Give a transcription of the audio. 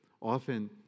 often